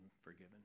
forgiven